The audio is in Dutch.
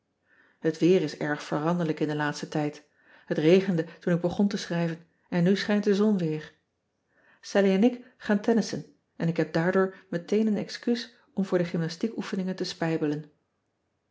et weer is erg veranderlijk in den laatsten tijd et regende toen ik begon te schrijven en nu schijnt de zon weer allie en ik gaan tennissen en ik heb daardoor meteen een excuus om voor de gymnastiekoefeningen te spijbelen